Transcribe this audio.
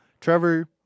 Trevor